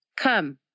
come